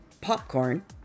popcorn